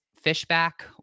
Fishback